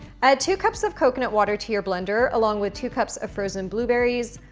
add two cups of coconut water to your blender along with two cups of frozen blueberries,